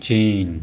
China